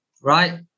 right